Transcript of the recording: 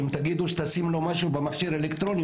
כי אם תגידו שתשים לו משהו במכשיר אלקטרוני,